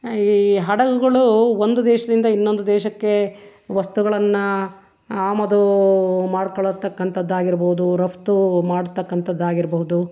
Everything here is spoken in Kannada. ಈ ಹಡಗುಗಳು ಒಂದು ದೇಶದಿಂದ ಇನ್ನೊಂದು ದೇಶಕ್ಕೆ ವಸ್ತುಗಳನ್ನು ಆಮದು ಮಾಡ್ಕಳೋತಕ್ಕಂಥದ್ ಆಗಿರ್ಬೋದು ರಫ್ತು ಮಾಡ್ತಕ್ಕಂಥದ್ ಆಗಿರಬಹುದು